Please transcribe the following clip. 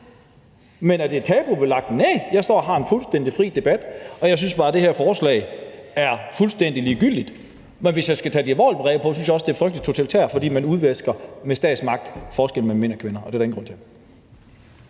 Men er det tabubelagt? Nej, jeg står og har en fuldstændig fri debat, og jeg synes bare, at det her forslag er fuldstændig ligegyldigt. Hvis jeg skal tage de alvorlige briller på, synes jeg også, det er frygtelig totalitært, fordi man med statsmagt udvisker forskellen mellem mænd og kvinder, og det er der ingen grund til.